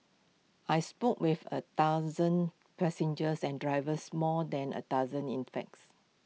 I spoke with A dozen passengers and drivers more than A dozen in facts